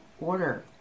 order